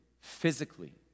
physically